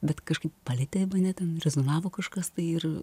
bet kažkaip palietė mane ten rezonavo kažkas tai ir